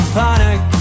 panic